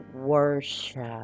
worship